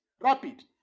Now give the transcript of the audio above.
Rapid